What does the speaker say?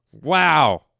Wow